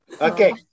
okay